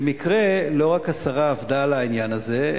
במקרה לא רק השרה עבדה על העניין הזה,